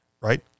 right